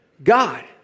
God